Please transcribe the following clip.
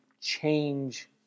change